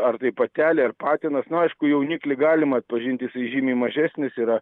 ar tai patelė ar patinas na aišku jauniklį galima atpažinti jisai žymiai mažesnis yra